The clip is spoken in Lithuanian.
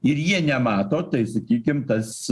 ir jie nemato tai sakykim tas